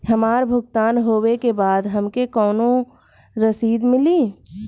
हमार भुगतान होबे के बाद हमके कौनो रसीद मिली?